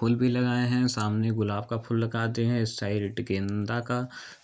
फूल भी लगाए हैं सामने गुलाब का फूल लगा दिए हैं इस साइड गेंदा का